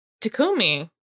takumi